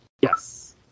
Yes